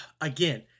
Again